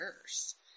first